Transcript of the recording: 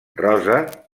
rosa